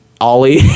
ollie